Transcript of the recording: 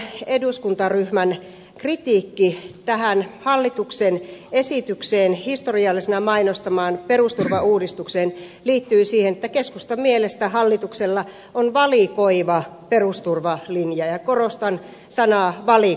keskustan eduskuntaryhmän kritiikki tähän hallituksen esityksen historiallisena mainostamaa perusturvauudistusta kohtaan liittyy siihen että keskustan mielestä hallituksella on valikoiva perusturvalinja ja korostan sanaa valikoiva